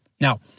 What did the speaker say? Now